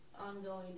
ongoing